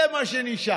זה מה שנשאר.